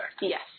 Yes